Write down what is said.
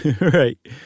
Right